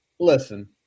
Listen